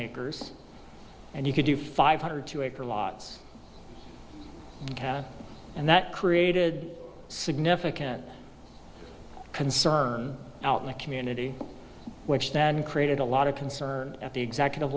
acres and you could do five hundred two acre lots and that created significant concern out in the community which then created a lot of concern at the executive